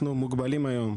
אנחנו מוגבלים היום.